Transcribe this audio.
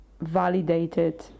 validated